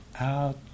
out